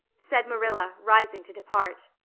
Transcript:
said marilla, rising to depart.